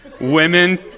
women